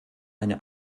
eine